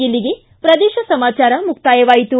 ಇಲ್ಲಿಗೆ ಪ್ರದೇಶ ಸಮಾಚಾರ ಮುಕ್ತಾಯವಾಯಿತು